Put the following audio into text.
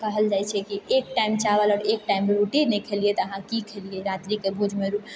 कहल जाइछै कि एक टाइम चावल आओर एक टाइम रोटी नहि खेलिऐ तऽ अहाँ की खेलिऐ रातिके भोजमे रोटी